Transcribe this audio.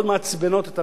אתה יודע שיש כמה עמותות